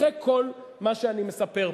אחרי כל מה שאני מספר פה,